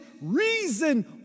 reason